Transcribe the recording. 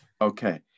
Okay